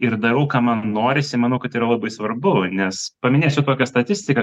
ir daug ką man norisi manau kad yra labai svarbu nes paminėsiu tokią statistiką